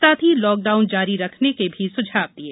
साथ ही लॉकडाउन जारी रखने के भी सुझाव दिये